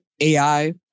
AI